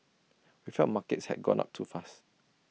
we felt markets had gone up too fast